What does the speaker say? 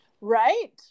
Right